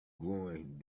growing